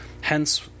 Hence